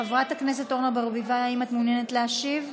חברת הכנסת אורנה ברביבאי, האם את מעוניינת להשיב?